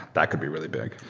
that could be really big.